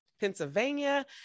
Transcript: Pennsylvania